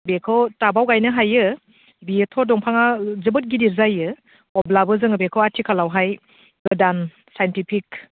बेखौ टाबआव गायनो हायो बेयोथ' दंफाङा जोबोद गिदिर जायो अब्लाबो जोङो बेखौ आथिखालावहाय गोदान साइन्टिफिक